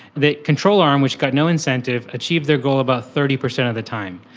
the control arm which got no incentive achieved their goal about thirty percent of the time.